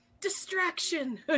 distraction